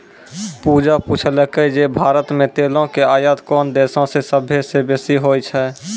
पूजा पुछलकै जे भारत मे तेलो के आयात कोन देशो से सभ्भे से बेसी होय छै?